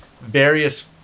various